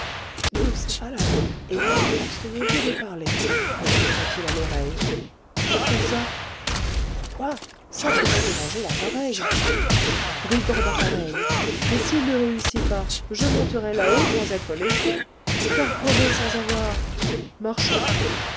ne haussez pas la voix et même abstenez vous de parler me souffla-t-il à l'oreille pourquoi ça pourquoi ça pourrait déranger l'appareil brigand d'appareil mais s'il ne réussit pas je monterai là-haut sans être lesté car crever sans avoir